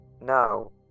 No